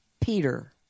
Peter